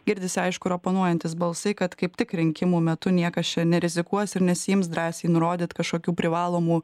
girdisi aišku ir oponuojantys balsai kad kaip tik rinkimų metu niekas čia nerizikuos ir nesiims drąsiai nurodyt kažkokių privalomų